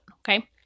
okay